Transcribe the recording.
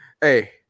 hey